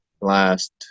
last